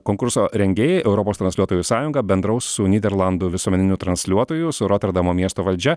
konkurso rengėjai europos transliuotojų sąjunga bendraus su nyderlandų visuomeniniu transliuotoju su roterdamo miesto valdžia